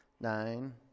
nine